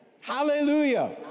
Hallelujah